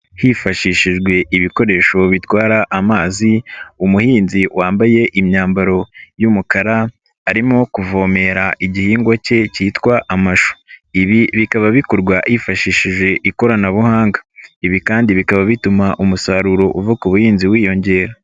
Hifashishijwe ibikoresho bitwara amazi, umuhinzi wambaye imyambaro y'umukara arimo kuvomera igihingwa ke kitwa amashu. Ibi bikaba bikorwa yifashishije ikoranabuhanga, ibi kandi bikaba bituma umusaruro uva ku buhinzi wiyongera.